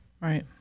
Right